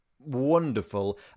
wonderful